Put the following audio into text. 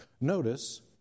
Notice